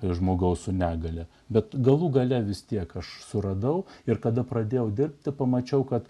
žmogaus su negalia bet galų gale vis tiek aš suradau ir kada pradėjau dirbti pamačiau kad